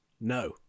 No